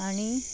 आनी